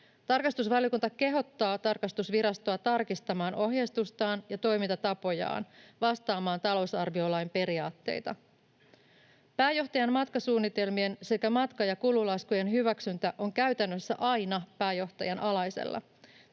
Tarkastusvaliokunta kehottaa tarkastusvirastoa tarkistamaan ohjeistustaan ja toimintatapojaan vastaamaan talousarviolain periaatteita. Pääjohtajan matkasuunnitelmien sekä matka- ja kululaskujen hyväksyntä on käytännössä aina pääjohtajan alaisella.